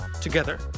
together